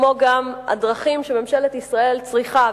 כמו גם הדרכים שממשלת ישראל צריכה,